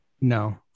No